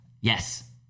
yes